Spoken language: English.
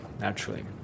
naturally